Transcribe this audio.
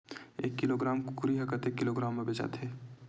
एक किलोग्राम कुकरी ह कतेक किलोग्राम म बेचाथे?